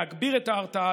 להגביר את ההרתעה,